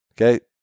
okay